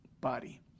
body